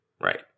Right